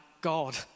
God